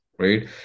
right